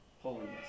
holiness